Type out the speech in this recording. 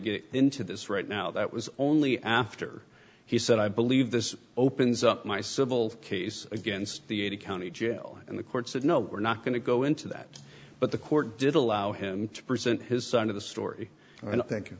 get into this right now that was only after he said i believe this opens up my civil case against the ada county jail and the court said no we're not going to go into that but the court did allow him to present his side of the story and i think